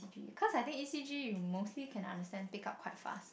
because I think E_C_G you mostly can understand pick up quite fast